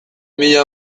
mila